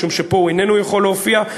משום שפה הוא איננו יכול להופיע.